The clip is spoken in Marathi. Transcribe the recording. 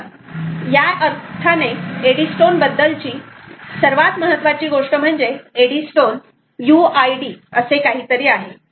तर या अर्थाने एडीस्टोन बद्दलची सर्वात महत्वाची गोष्ट म्हणजे एडीस्टोन यूआयडी असे काहीतरी आहे